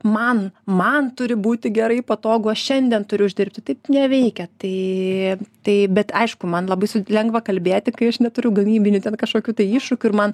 man man turi būti gerai patogu aš šiandien turiu uždirbti taip neveikia tai taip bet aišku man labai sud lengva kalbėti kai aš neturiu galimybių nei ten kažkokių tai iššūkių ir man